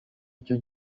ico